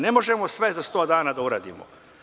Ne možemo sve za 100 dana da uradimo.